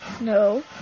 No